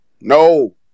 No